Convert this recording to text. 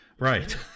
Right